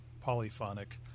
polyphonic